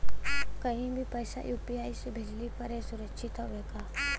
कहि भी पैसा यू.पी.आई से भेजली पर ए सुरक्षित हवे का?